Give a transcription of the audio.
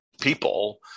people